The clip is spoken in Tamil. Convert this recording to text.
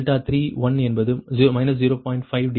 5 டிகிரி